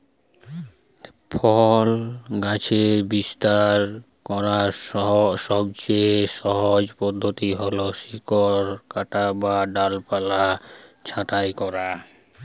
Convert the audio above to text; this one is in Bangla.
ফল গাছের বিস্তার করার সবচেয়ে সহজ পদ্ধতি হল শিকড় কাটা বা ডালপালা ছাঁটাই করা